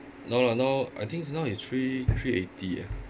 no lah now I think now is three three eighty ah